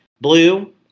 Blue